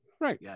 right